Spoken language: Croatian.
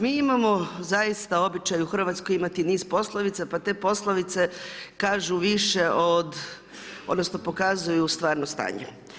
Mi imamo zaista običaj u Hrvatskoj imati niz poslovica, pa te poslovice kažu više od, odnosno, pokazuju stvarno stanje.